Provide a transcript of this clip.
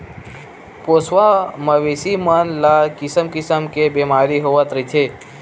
पोसवा मवेशी मन ल किसम किसम के बेमारी होवत रहिथे